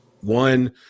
one